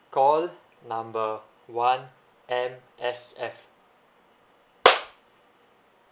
call number one M_S_F